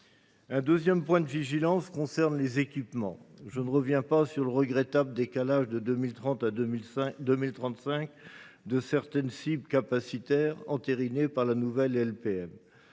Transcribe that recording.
Un second point de vigilance concerne les équipements. Je ne reviens pas sur le regrettable report de 2030 à 2035 de certaines cibles capacitaires, entériné dans la nouvelle LPM.